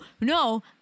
no